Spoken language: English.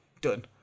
done